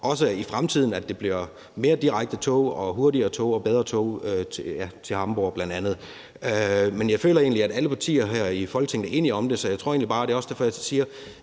også i fremtiden kommer mere direkte tog, hurtigere tog og bedre tog til bl.a. Hamborg. Men jeg føler egentlig, at alle partier her i Folketinget er enige om det. Det er også derfor, jeg siger,